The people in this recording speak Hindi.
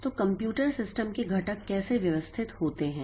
तो कंप्यूटर सिस्टम के घटक कैसे व्यवस्थित होते हैं